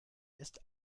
ist